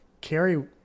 Carrie